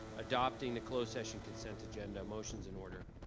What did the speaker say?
adopting the closed session consent agenda a motions in order.